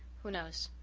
who knows?